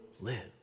live